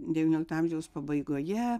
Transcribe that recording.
devyniolikto amžiaus pabaigoje